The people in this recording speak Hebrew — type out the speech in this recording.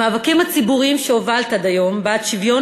המאבקים הציבוריים שהובלת עד היום בעד שוויון